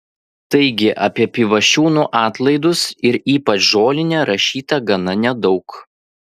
taigi apie pivašiūnų atlaidus ir ypač žolinę rašyta gana nedaug